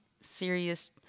serious